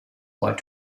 word